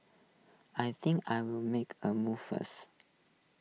I think I'll make A move first